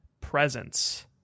presence